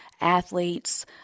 athletes